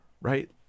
right